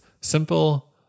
simple